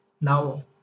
Now